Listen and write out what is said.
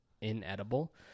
inedible